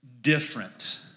different